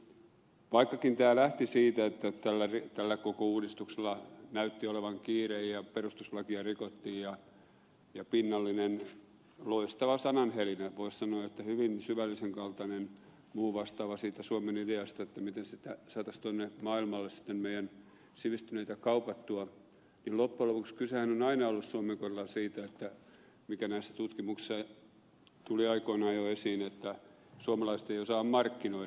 eli vaikkakin tämä lähti siitä että tällä koko uudistuksella näytti olevan kiire ja perustuslakia rikottiin ja oli pinnallinen loistava sananhelinä voisi sanoa hyvin syvällisen kaltainen muu vastaava siitä suomen ideasta miten saataisiin tuonne maailmalle sitten meidän sivistyneitä kaupattua niin loppujen lopuksi kysehän on aina ollut suomen kohdalla siitä mikä näissä tutkimuksissa tuli aikoinaan jo esiin että suomalaiset eivät osaa markkinoida